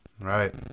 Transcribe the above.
Right